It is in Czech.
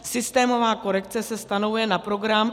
Systémová korekce se stanovuje na program;